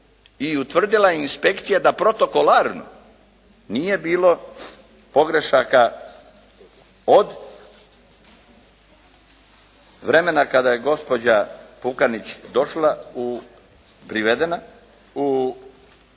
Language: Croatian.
i utvrdila je inspekcija da protokoralno nije bilo pogrešaka od vremena kada je gospođa Pukanić došla u privedena u